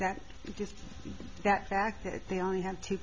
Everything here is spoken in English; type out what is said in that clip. that they only have two